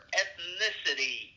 ethnicity